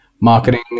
marketing